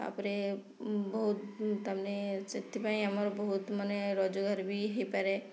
ତାପରେ ବହୁତ ତାମାନେ ସେଥିପାଇଁ ଆମର ବହୁତ ମାନେ ରୋଜଗାର ବି ହୋଇପାରେ